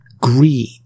greed